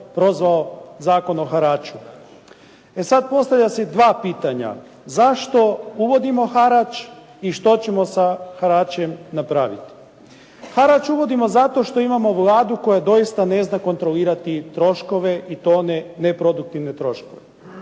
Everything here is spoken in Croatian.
prozvao Zakon o haraču. E sad postavlja se dva pitanja. Zašto uvodimo harač i što ćemo sa haračem napraviti? Harač uvodimo zato što imamo Vladu koja doista ne zna kontrolirati troškove i to one neproduktivne troškove.